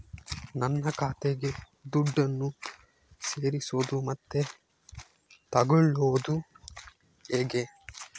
ನನ್ನ ಖಾತೆಗೆ ದುಡ್ಡನ್ನು ಸೇರಿಸೋದು ಮತ್ತೆ ತಗೊಳ್ಳೋದು ಹೇಗೆ?